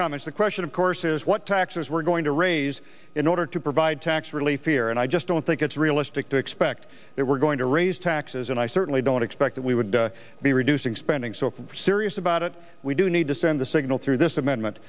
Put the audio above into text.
the question of course is what taxes were going to raise in order to provide tax relief here and i just don't think it's realistic to expect that we're going to raise taxes and i certainly don't expect that we would be reducing spending so for serious about it we do need to send a signal through this amendment